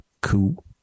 cool